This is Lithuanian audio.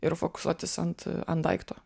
ir fokusuotis ant ant daikto